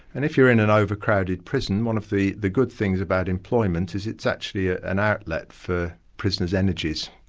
and if you're in an overcrowded prison, one of the the good things about employment is it's actually an outlet for prisoners' energies.